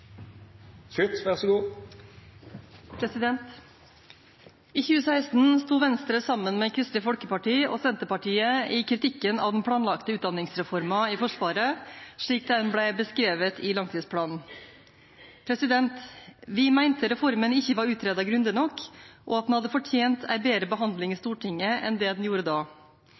I 2016 sto Venstre sammen med Kristelig Folkeparti og Senterpartiet i kritikken av den planlagte utdanningsreformen i Forsvaret slik den ble beskrevet i langtidsplanen. Vi mente reformen ikke var utredet grundig nok, og at den hadde fortjent en bedre behandling i Stortinget enn det den fikk da.